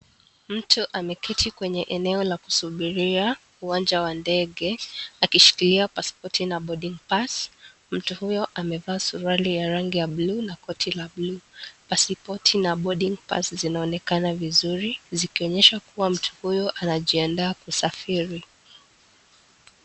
Mtu ameketi kwenye eneo la kusubiria uwanja wa ndege akishikilia paspoti na (cs) boarding pass(cs) mtu huyo amevalia suruali ya rangi ya bluu na koti la bluu . Pasipoti na (cs) boarding pass(cs) zinaonekana vizuri zikionyesha kuwa mtu huyo anajiandaa kusafiri.